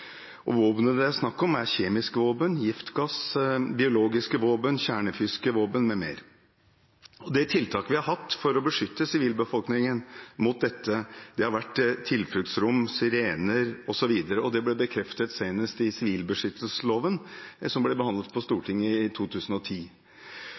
det er snakk om, er kjemiske våpen, giftgass, biologiske våpen, kjernefysiske våpen m.m. De tiltakene vi har hatt for å beskytte sivilbefolkningen mot dette, har vært tilfluktsrom, sirener osv. Det ble bekreftet senest i sivilbeskyttelsesloven, som ble behandlet på